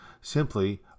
simply